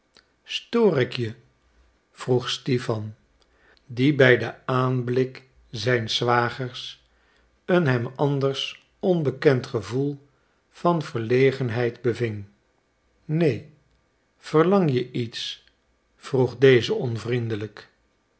stoor ik je vroeg stipan dien bij den aanblik zijns zwagers een hem anders onbekend gevoel van verlegenheid beving neen verlang je iets vroeg deze onvriendelijk